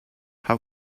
how